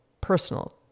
personal